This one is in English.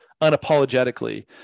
unapologetically